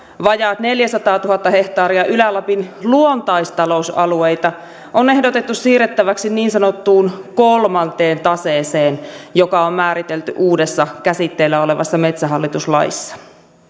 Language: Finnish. vajaat neljäsataatuhatta hehtaaria ylä lapin luontaistalousalueita on ehdotettu siirrettäväksi niin sanottuun kolmanteen taseeseen joka on määritelty uudessa käsitteillä olevassa metsähallitus laissa